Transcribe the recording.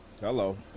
Hello